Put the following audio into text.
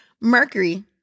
Mercury